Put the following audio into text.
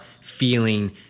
feeling